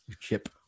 chip